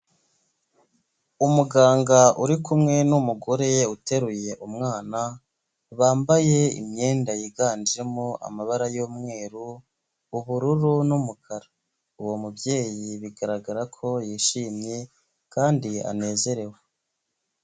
Umuganga uri kumwe n'umugore uteruye umwana, bambaye imyenda yiganjemo amabara y'umweru, ubururu n'umukara, uwo mubyeyi bigaragara ko yishimye kandi anezerewe.